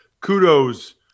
Kudos